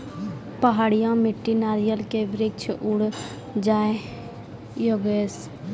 पहाड़िया मिट्टी नारियल के वृक्ष उड़ जाय योगेश?